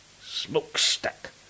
smokestack